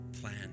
plan